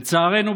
לצערנו,